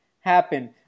happen